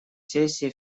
сессии